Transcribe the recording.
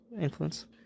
influence